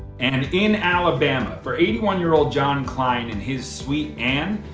and in alabama, for eighty one year old john klein and his sweet ann,